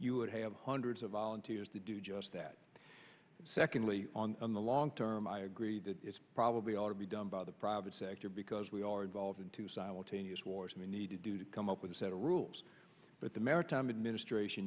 you would have hundreds of volunteers to do just that secondly on the long term i agree that it's probably ought to be done by the private sector because we are involved in two simultaneous wars and we need to do to come up with a set of rules but the maritime administrat